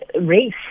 race